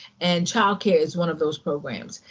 and child care is one of those programs.